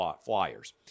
Flyers